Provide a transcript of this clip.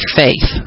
faith